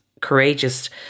Courageous